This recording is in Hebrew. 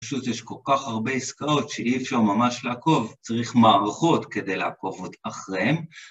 פשוט יש כל כך הרבה עסקאות שאי אפשר ממש לעקוב, צריך מערכות כדי לעקוב אחריהן.